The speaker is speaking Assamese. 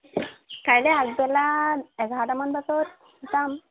কাইলৈ আগবেলা এঘাৰটামান বজাত যাম